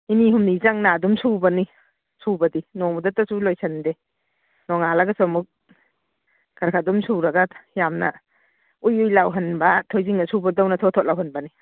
ꯅꯤꯅꯤ ꯍꯨꯝꯅꯤ ꯆꯪꯅ ꯑꯗꯨꯝ ꯁꯨꯕꯅꯤ ꯁꯨꯕꯗꯤ ꯅꯣꯡꯃꯗꯇꯁꯨ ꯂꯣꯏꯁꯟꯗꯦ ꯅꯣꯡꯉꯥꯜꯂꯒꯁꯨ ꯑꯃꯨꯛ ꯈꯔ ꯈꯔ ꯑꯗꯨꯝ ꯁꯨꯔꯒ ꯌꯥꯝꯅ ꯎꯏ ꯎꯏ ꯂꯥꯎꯍꯟꯕ ꯊꯣꯏꯗꯤꯡ ꯑꯁꯨꯕꯗꯧꯅ ꯊꯣꯠ ꯊꯣꯠ ꯂꯥꯎꯍꯟꯕꯅꯤ